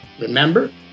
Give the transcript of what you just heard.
remember